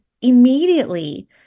immediately